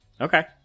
okay